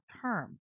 term